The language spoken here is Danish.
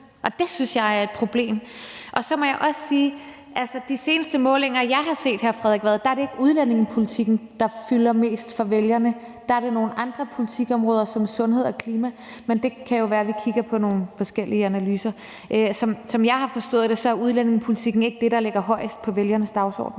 og det synes jeg er et problem. Så må jeg sige, at i de seneste målinger, jeg har set, er det ikke udlændingepolitikken, der fylder mest for vælgerne; det er nogle andre politikområder som sundhed og klima. Men det kan jo være, at det er forskellige analyser, vi kigger på. Som jeg har forstået det, er udlændingepolitikken ikke det, der ligger højest på vælgernes dagsorden.